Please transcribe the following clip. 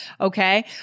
okay